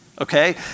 okay